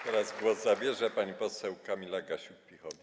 Teraz głos zabierze pani poseł Kamila Gasiuk-Pihowicz.